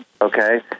Okay